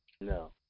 No